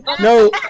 No